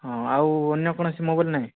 ହଁ ଆଉ ଅନ୍ୟ କୋଣସି ମୋବାଇଲ୍ ନାହିଁ